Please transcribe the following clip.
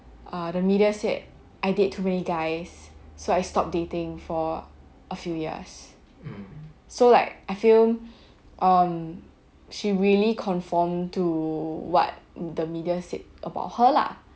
uh the media said I date too many guys so I stop dating for a few years so like I feel um she really conform to what the media said about her lah